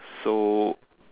so